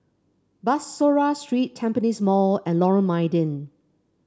Bussorah Street Tampines Mall and Lorong Mydin